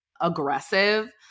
aggressive